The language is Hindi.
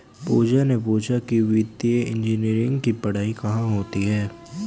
पूजा ने पूछा कि वित्तीय इंजीनियरिंग की पढ़ाई कहाँ होती है?